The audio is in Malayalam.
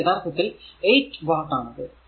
അത് യഥാർത്ഥത്തിൽ 8 വാട്ട് ആണ്